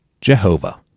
Jehovah